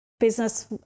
business